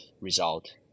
result